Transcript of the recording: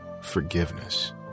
forgiveness